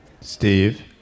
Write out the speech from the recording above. Steve